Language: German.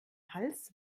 hals